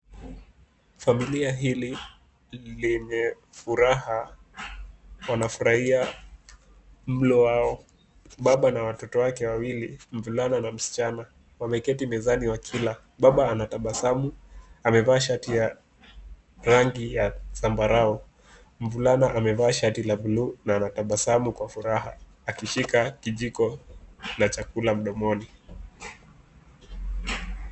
Familia hii yenye furaha inafurahia mlo wao. Baba na watoto wake wawili, mvulana na msichana wameketi mezani wakila . Baba anatabasamu ,amevaa shati la rangi ya zambarau, mvulana amevaa shati ya buluu na anatabasamu kwa furaha akishika kijiko cha chakula mdomoni.